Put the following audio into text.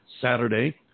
Saturday